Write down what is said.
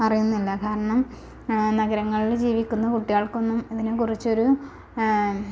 അറിയുന്നില്ല കാരണം നഗരങ്ങളിൽ ജീവിക്കുന്ന കുട്ടികൾക്കൊന്നും ഇതിനെ കുറിച്ചൊരു